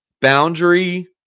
boundary